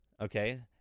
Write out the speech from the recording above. okay